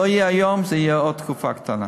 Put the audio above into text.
לא יהיה היום, יהיה עוד תקופה קצרה.